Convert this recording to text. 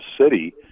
city